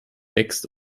wächst